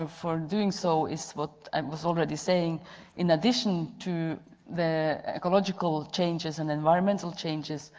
ah for doing so is what i was already saying in addition to the ecological changes and environmental changes,